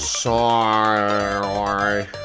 sorry